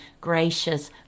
gracious